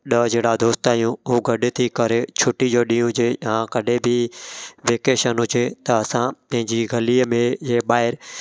ॾह जणा दोस्त आहियूं हू गॾु थी करे छुट्टी जो ॾींहुुं हुजे या कॾहिं बि वेकेशन हुजे त असां पंहिंजी गलीअ में या ॿाहिरि